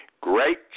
Great